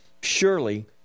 surely